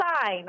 sign